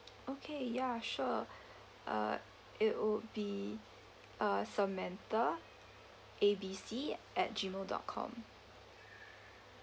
okay ya sure uh it would be uh samantha A B C at gmail dot com